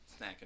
Snacking